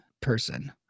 person